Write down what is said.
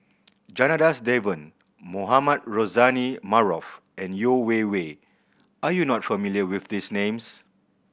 Janadas Devan Mohamed Rozani Maarof and Yeo Wei Wei are you not familiar with these names